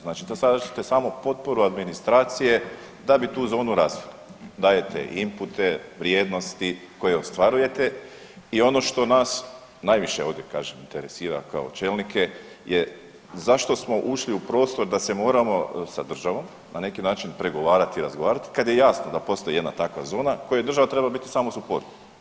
Znači da tražite samo potporu administracije da bi tu zonu ... dajete inpute, vrijednosti koje ostvarujete i ono što nas, najviše ovdje, kažem, interesira kao čelnike je zašto smo ušli u prostor da se moramo sa državom na neki način pregovarati i razgovarati kad je jasno da postoji jedna takva zona kojoj država treba biti samo suport.